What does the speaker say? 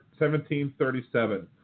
1737